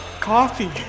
Coffee